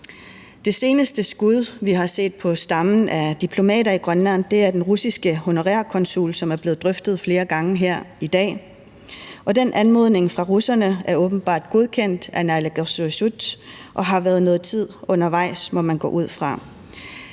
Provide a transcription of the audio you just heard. Det seneste skud, vi har set, på stammen af diplomater i Grønland er den russiske honorære konsul, som er blevet drøftet flere gange her i dag, og den anmodning fra russerne er åbenbart godkendt af naalakkersuisut og har været noget tid undervejs, må man gå ud fra.